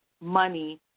money